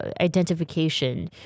identification